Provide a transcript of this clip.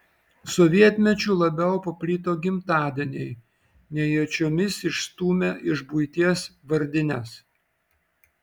sovietmečiu labiau paplito gimtadieniai nejučiomis išstūmę iš buities vardines